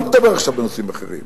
אני לא מדבר עכשיו בנושאים אחרים,